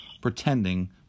pretending